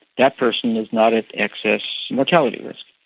that person is not at excess mortality risk,